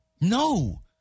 No